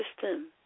system